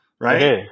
right